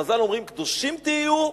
חז"ל אומרים: קדושים תהיו,